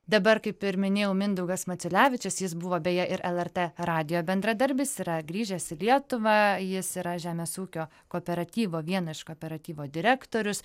dabar kaip ir minėjau mindaugas maciulevičius jis buvo beje ir lrt radijo bendradarbis yra grįžęs į lietuvą jis yra žemės ūkio kooperatyvo vieno iš kooperatyvo direktorius